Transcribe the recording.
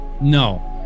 no